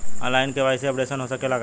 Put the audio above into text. आन line KYC updation हो सकेला का?